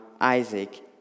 Isaac